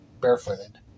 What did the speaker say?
barefooted